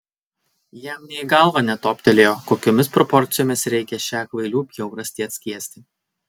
jam nė į galvą netoptelėjo kokiomis proporcijomis reikia šią kvailių bjaurastį atskiesti